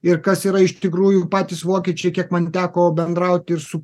ir kas yra iš tikrųjų patys vokiečiai kiek man teko bendrauti ir su